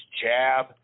jab